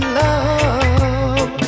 love